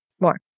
more